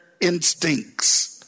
instincts